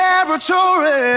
Territory